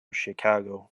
chicago